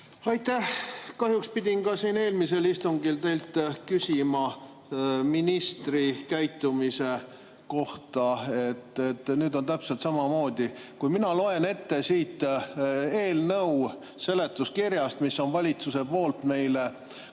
Aitäh! Kahjuks pidin ka eelmisel istungil teilt küsima ministri käitumise kohta. Nüüd on täpselt samamoodi. Kui mina loen ette eelnõu seletuskirjast, mille on valitsus meile